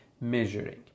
measuring